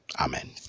amen